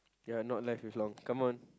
ya not left with long come on